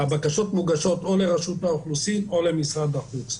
הבקשות מוגשות או לרשות האוכלוסין או למשרד החוץ.